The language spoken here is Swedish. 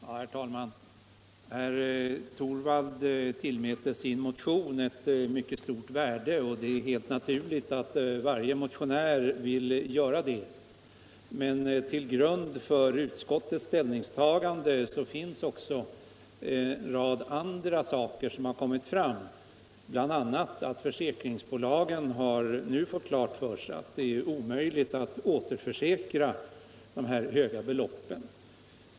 Herr talman! Herr Torwald tillmäter sin motion ett mycket stort värde, och det är helt naturligt att varje motionär vill göra det. Men till grund för utskottets ställningstagande ligger också en hel del andra saker som kommit fram. BI. a. har försäkringsbolagen nu fått klart för sig att det är omöjligt att återförsäkra så här höga belopp.